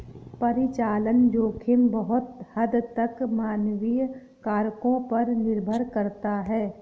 परिचालन जोखिम बहुत हद तक मानवीय कारकों पर निर्भर करता है